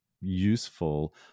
useful